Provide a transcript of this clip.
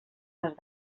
les